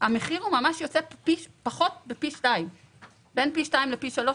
המחיר הוא ממש יוצא פחות בפי 2. בין פי 2 או פי 3,